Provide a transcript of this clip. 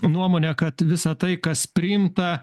nuomonę kad visa tai kas priimta